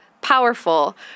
powerful